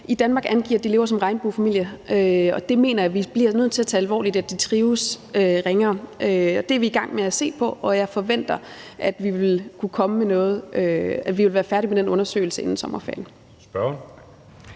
i Danmark angiver, at de lever som regnbuefamilie, og jeg mener, vi bliver nødt til at tage alvorligt, at de trives ringere. Det er vi i gang med at se på, og jeg forventer, at vi vil være færdige med den undersøgelse inden sommerferien.